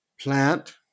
plant